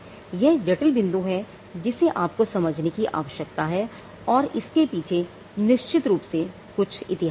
यह एक जटिल बिंदु है जिसे आप को समझने की आवश्यकता है और इसके पीछे निश्चित रूप से कुछ इतिहास है